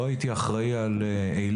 לא הייתי אחראי על אילת.